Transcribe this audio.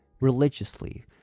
religiously